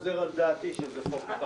אין ההצעה אושרה.